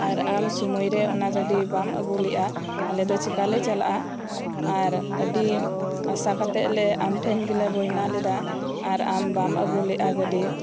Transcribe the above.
ᱟᱨ ᱟᱢ ᱥᱩᱢᱟᱹᱭ ᱨᱮ ᱚᱱᱟ ᱜᱟᱹᱰᱤ ᱵᱟᱢ ᱟᱹᱹᱜᱩ ᱞᱮᱫᱼᱟ ᱟᱞᱮ ᱫᱚ ᱪᱮᱠᱟ ᱞᱮ ᱪᱟᱞᱟᱜᱼᱟ ᱟᱨ ᱟᱹᱰᱤ ᱟᱥᱟ ᱠᱟᱛᱮᱫ ᱞᱮ ᱟᱢ ᱴᱷᱮᱱ ᱜᱮᱞᱮ ᱵᱟᱭᱱᱟ ᱞᱮᱫᱟ ᱟᱨ ᱟᱢ ᱵᱟᱢ ᱟᱹᱜᱩ ᱞᱮᱫᱼᱟ ᱜᱟᱹᱰᱤ